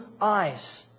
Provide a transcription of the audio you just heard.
eyes